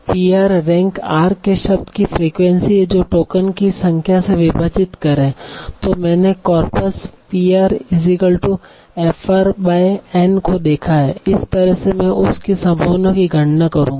Pr rank r के शब्द की फ्रीक्वेंसी है जो टोकन की संख्या से विभाजित करें तों मैंने कॉर्पस Pr Fr N को देखा है इस तरह से मैं उस की संभावना की गणना करूंगा